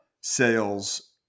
sales